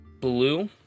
blue